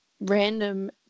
random